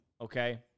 Okay